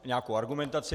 Nějakou argumentaci.